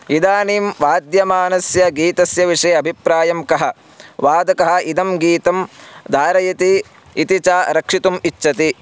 इदानीं वाद्यमानस्य गीतस्य विषये अभिप्रायः कः वादकः इदं गीतं धारयति इति च रक्षितुम् इच्छति